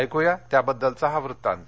ऐकूया त्याबद्दलचा हा वृत्तांत